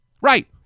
Right